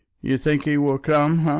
you think he will come, ah?